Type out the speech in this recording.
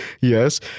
Yes